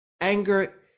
anger